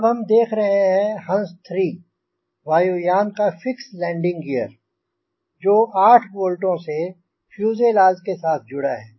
अब हम देख रहे हैं हँस 3 वायुयान का फ़िक्स लैंडिंग ग़ीयर जो 8 बोल्टों से फ़्यूज़ेलाज़ के साथ जुड़ा है